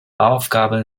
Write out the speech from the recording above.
aufgaben